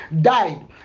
died